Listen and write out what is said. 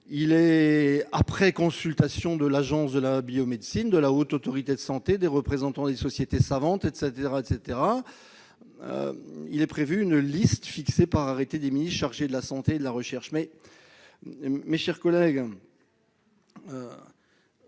ainsi, après consultation « de l'Agence de la biomédecine, de la Haute Autorité de santé et des représentants des sociétés savantes », il est prévu « une liste fixée par arrêté des ministres chargés de la santé et de la recherche ». Mais, mes chers collègues,